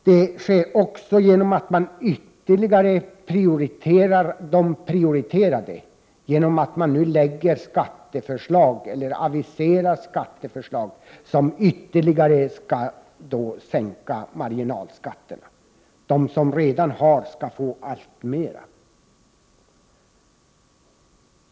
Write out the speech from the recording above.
| Det sker även genom att man ytterligare prioriterar de prioriterade genom att skatteförslag aviseras som ytterligare skall sänka marginalskatterna — de som redan har skall få alltmer.